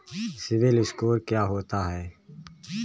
CIBIL score क्या होता है?